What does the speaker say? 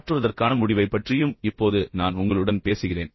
மாற்றுவதற்கான முடிவைப் பற்றியும் இப்போது நான் உங்களுடன் பேசுகிறேன்